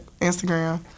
Instagram